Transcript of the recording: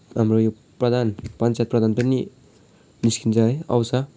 हाम्रो यो प्रधान पञ्चायत प्रधान पनि निस्किन्छ है आउँछ